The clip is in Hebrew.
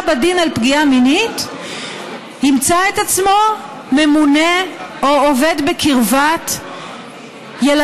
בדין על פגיעה מינית ימצא את עצמו ממונה או עובד בקרבת ילדות,